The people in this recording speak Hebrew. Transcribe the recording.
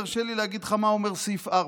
תרשה לי להגיד לך מה אומר סעיף 4: